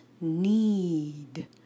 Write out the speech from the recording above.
need